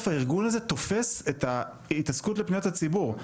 הארגון הזה תופס את ההתעסקות בפניות הציבור.